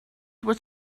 was